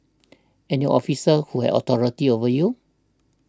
and your officer who had authority over you